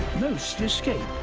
most escape.